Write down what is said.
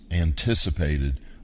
anticipated